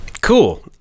Cool